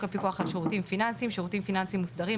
הפיקוח על שירותים פיננסיים (שירותים פיננסיים מוסדרים),